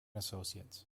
associates